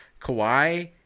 Kawhi